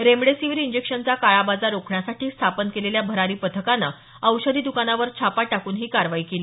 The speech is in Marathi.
रेमडेसीवीर इंजेक्शनचा काळाबाजार रोखण्यासाठी स्थापन केलेल्या भरारी पथकानं औषधी दुकानावर छापा टाकून ही कारवाई केली